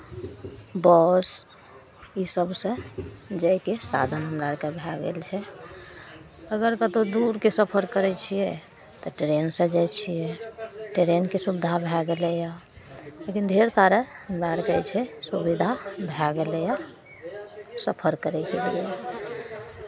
बस इसभसँ जायके साधन हमरा आरकेँ भए गेल छै अगर कतहु दूरके सफर करै छियै तऽ ट्रेनसँ जाइ छियै ट्रेनके सुविधा भए गेलैए लेकिन ढेरसारा हमरा आरकेँ जे छै सुविधा भए गेलैए सफर करयके लिए